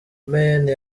maine